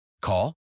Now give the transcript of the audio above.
Call